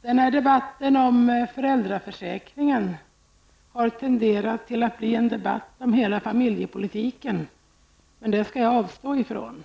Den här debatten om föräldraförsäkringen har tenderat att bli en debatt om hela familjepolitiken, men jag skall avstå ifrån att gå in i den.